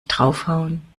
draufhauen